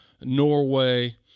Norway